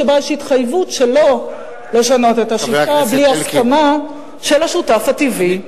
שבה יש התחייבות שלו לשנות את השיטה בלי הסכמה של השותף הטבעי,